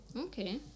okay